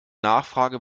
nachfrage